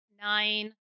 nine